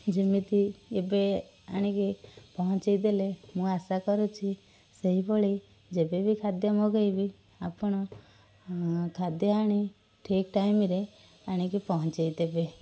ଯେମିତି ଏବେ ଆଣିକି ପହଞ୍ଚାଇଦେଲେ ମୁଁ ଆଶା କରୁଛି ସେଇଭଳି ଯେବେ ବି ଖାଦ୍ୟ ମଗାଇବି ଆପଣ ଖାଦ୍ୟଆଣି ଠିକ୍ ଟାଇମ୍ ରେ ଆଣିକି ପହଞ୍ଚାଇଦେବେ